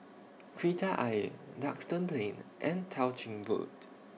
Kreta Ayer Duxton Plain and Tao Ching Road